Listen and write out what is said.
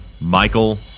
Michael